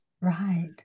right